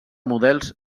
models